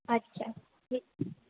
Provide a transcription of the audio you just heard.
अच्छा